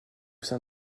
sein